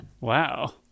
Wow